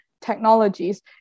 technologies